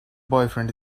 boyfriend